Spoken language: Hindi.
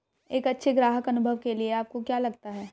एक अच्छे ग्राहक अनुभव के लिए आपको क्या लगता है?